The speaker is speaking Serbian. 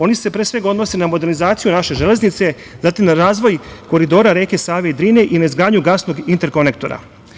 Oni se pre svega odnose na modernizaciju naše železnice, zatim na razvoj koridora reke Save i Drine i na izgradnju gasnog interkonektora.